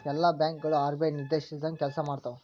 ಎಲ್ಲಾ ಬ್ಯಾಂಕ್ ಗಳು ಆರ್.ಬಿ.ಐ ನಿರ್ದೇಶಿಸಿದಂಗ್ ಕೆಲ್ಸಾಮಾಡ್ತಾವು